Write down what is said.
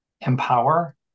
empower